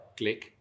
klik